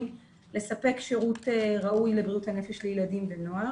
לספק שירות ראוי לבריאות הנפש לילדים ונוער.